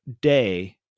day